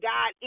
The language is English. God